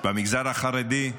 במגזר החרדי,